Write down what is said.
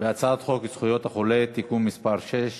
הצעת חוק זכויות החולה (תיקון מס' 6)